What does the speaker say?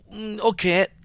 Okay